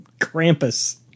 Krampus